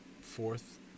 fourth